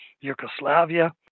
Yugoslavia